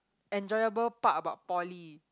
enjoyable part about poly